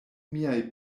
miaj